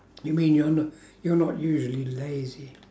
you mean you're no~ you're not usually lazy